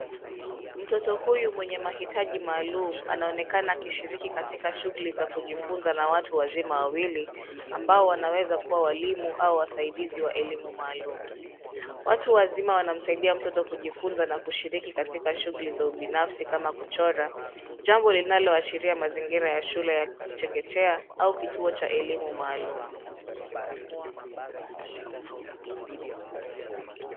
Mtoto huyu mwenye mahitaji maalum anaonekana akishiriki katika shughuli za kujifunza na watu wazima wawili, ambao wanaweza kuwa walimu au wasaidizi wa elimu maalum. Watu wazima wanamsaidia mtoto kujifunza na kushiriki katika shughuli za ubinafsi kama kuchora, jambo linaloashiria mazingira ya shule ya chekechea au kituo cha elimu maalum.